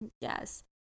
yes